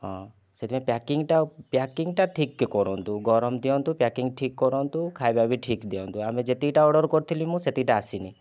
ହଁ ସେଥିପାଇଁ ପ୍ୟାକିଂଟା ପ୍ୟାକିଂଟା ଠିକ୍ ରେ କରନ୍ତୁ ଗରମ ଦିଅନ୍ତୁ ପ୍ୟାକିଂ ଠିକ୍ କରନ୍ତୁ ଖାଇବା ବି ଠିକ୍ ଦିଅନ୍ତୁ ଆମେ ଯେତିକିଟା ଅର୍ଡ଼ର କରିଥିଲୁ ମୁଁ ସେତିକିଟା ଆସିନି